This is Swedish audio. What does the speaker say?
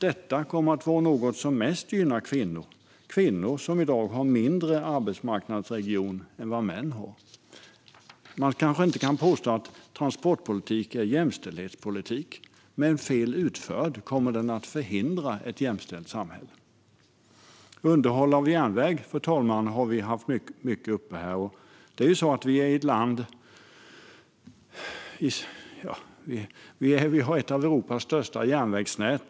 Detta kommer att vara något som mest gynnar kvinnor. De har i dag mindre arbetsmarknadsregion än män har. Man kanske inte kan påstå att transportpolitik är jämställdhetspolitik. Men fel utförd kommer den att förhindra ett jämställt samhälle. Fru talman! Vi har ofta haft underhåll av järnväg uppe till debatt här. Vi har som land ett av Europas största järnvägsnät.